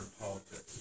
politics